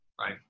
Right